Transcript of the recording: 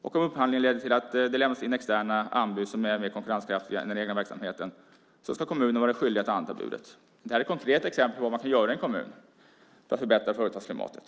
Om upphandlingen leder till att det lämnas externa anbud som är mer konkurrenskraftiga än den egna verksamheten ska kommunen vara skyldig att anta budet. Det här är ett konkret exempel på vad man kan göra i en kommun för att förbättra företagsklimatet.